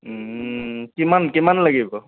কিমান কিমান লাগিব